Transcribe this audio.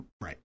Right